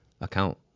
account